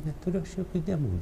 neturiu jokių demonų